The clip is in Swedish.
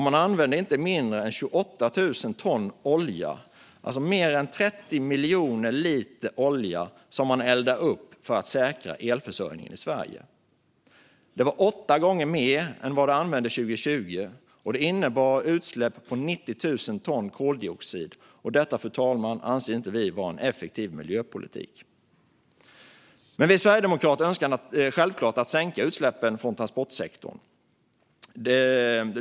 Man använde inte mindre än 28 000 ton olja. Man eldar alltså upp mer än 30 miljoner liter olja för att säkra elförsörjningen i Sverige. Det var åtta gånger mer än vad som användes 2020, och det innebar utsläpp av 90 000 ton koldioxid. Detta, fru talman, anser inte vi vara en effektiv miljöpolitik. Vi i Sverigedemokraterna önskar självklart sänka utsläppen från transportsektorn.